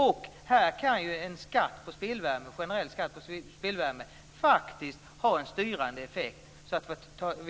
En generell skatt på spillvärme kan faktiskt ha en styrande effekt så att man